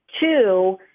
Two